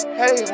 hey